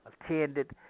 attended